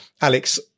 Alex